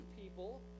people